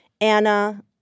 Anna